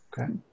Okay